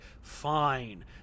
fine